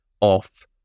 off